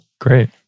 Great